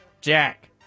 jack